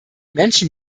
menschen